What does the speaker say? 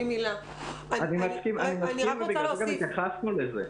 אני מסכים ובגלל זה גם התייחסנו לזה.